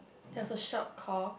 there's a shop call